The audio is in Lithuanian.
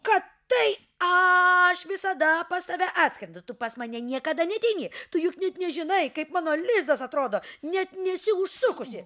kad tai aš visada pas tave atskrendu pas mane niekada neateini tu juk net nežinai kaip mano lizdas atrodo net nesi užsukusi